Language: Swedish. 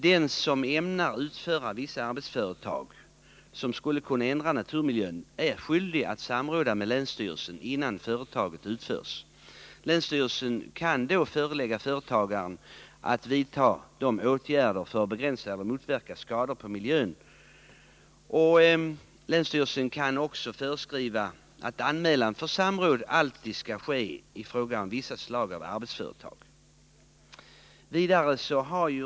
Den som ämnar utföra vissa arbetsföretag som skulle kunna ändra naturmiljön är skyldig att samråda med länsstyrelsen innan företaget utförs. Länsstyrelsen kan då förelägga företagaren att vidta åtgärder för att begränsa eller motverka skador på miljön. Länsstyrelsen kan också föreskriva att anmälan för samråd alltid skall ske i fråga om vissa slag av arbetsföretag.